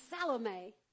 Salome